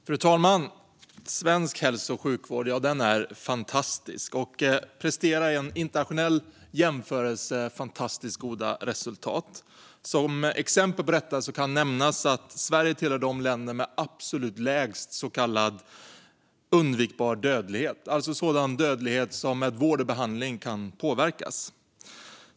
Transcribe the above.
Fru talman! Svensk hälso och sjukvård är fantastisk och presterar i internationell jämförelse mycket goda resultat. Som exempel på detta kan nämnas att Sverige tillhör de länder som har absolut lägst så kallad undvikbar dödlighet, alltså dödlighet som vård och behandling kan påverka.